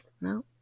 no